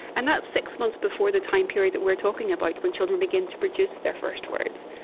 and that's six months before the time period that we are talking about when children begin to produce their first words.